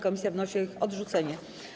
Komisja wnosi o ich odrzucenie.